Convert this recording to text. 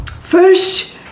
First